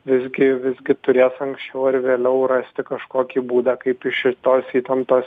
visgi visgi turės anksčiau ar vėliau rasti kažkokį būdą kaip iš šitos įtemptos